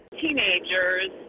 teenagers